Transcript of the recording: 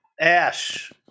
Ash